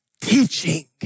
teaching